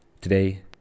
Today